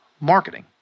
marketing